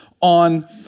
on